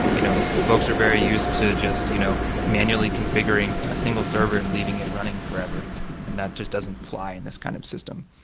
you know folks are very used to just you know manually configuring a single server and leaving it running forever and that just doesn't fly in this kind of system.